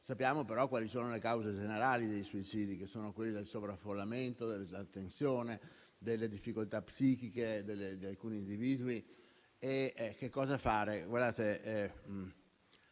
Sappiamo però quali sono le cause generali dei suicidi, che sono il sovraffollamento, la tensione e le difficoltà psichiche di alcuni individui. Rispetto a cosa fare,